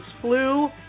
flu